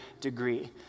degree